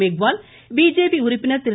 Meghwal BJP உறுப்பினர் திரு